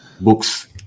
books